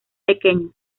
pequeños